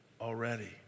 already